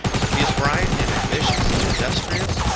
but if he is bright, and ambitious and industrious,